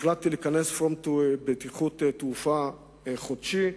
החלטתי לכנס פורום בטיחות תעופה חודשי,